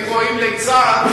הם רואים ליצן,